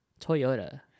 toyota